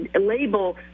label